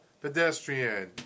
Pedestrian